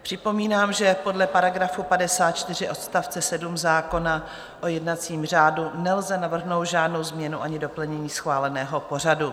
Připomínám, že podle § 54 odst. 7 zákona o jednacím řádu nelze navrhnout žádnou změnu ani doplnění schváleného pořadu.